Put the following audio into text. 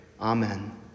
amen